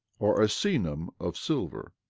or a senum of silver,